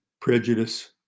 prejudice